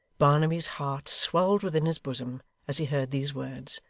barnaby's heart swelled within his bosom as he heard these words.